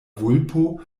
vulpo